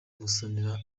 musonera